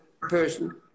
person